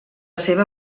seva